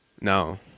No